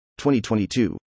2022